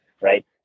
right